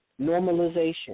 Normalization